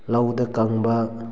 ꯂꯧꯎꯗ ꯀꯪꯕ